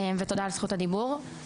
ותודה על זכות הדיבור.